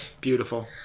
Beautiful